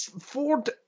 Ford